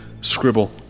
scribble